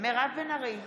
מירב בן ארי,